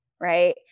Right